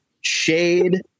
Shade